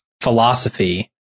philosophy